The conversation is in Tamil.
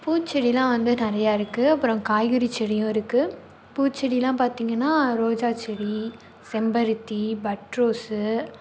பூச்செடிலாம் வந்து நிறையா இருக்குது அப்புறம் காய்கறி செடியும் இருக்குது பூச்செடிலாம் பார்த்திங்கனா ரோஜா செடி செம்பருத்தி பட்ரோஸு